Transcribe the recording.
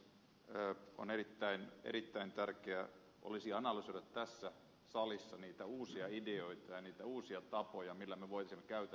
se on erittäin erittäin tärkeää olisi analysoi tässä salissa niitä uusia ideoita eniten uusia tapoja millä mä voisin käydä